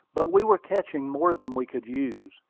but we were catching more than we could use,